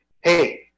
hey